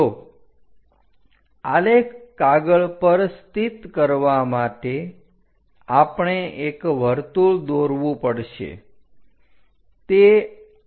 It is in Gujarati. તો આલેખ કાગળ પર સ્થિત કરવા માટે આપણે એક વર્તુળ દોરવું પડશે